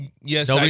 Yes